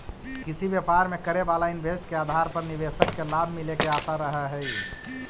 किसी व्यापार में करे वाला इन्वेस्ट के आधार पर निवेशक के लाभ मिले के आशा रहऽ हई